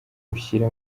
ushyira